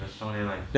very strong right